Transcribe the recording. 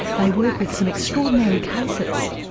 they work with some extraordinary cases.